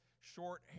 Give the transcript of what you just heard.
short